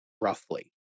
roughly